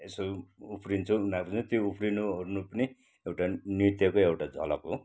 यसो उफ्रिन्छ उनारले त्यो उफ्रिनुओर्नु पनि एउटा नृत्यको एउटा झलक हो